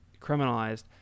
criminalized